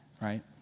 right